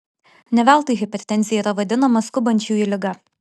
ne veltui hipertenzija yra vadinama skubančiųjų liga